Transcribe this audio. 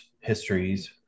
histories